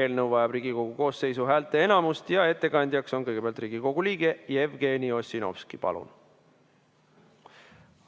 Eelnõu vajab Riigikogu koosseisu häälteenamust. Ettekandjaks on kõigepealt Riigikogu liige Jevgeni Ossinovski. Palun!